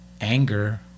anger